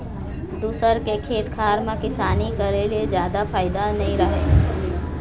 दूसर के खेत खार म किसानी करे ले जादा फायदा नइ रहय